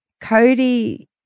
Cody